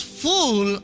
fool